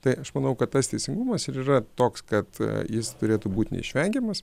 tai aš manau kad tas teisingumas ir yra toks kad jis turėtų būt neišvengiamas